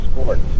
sports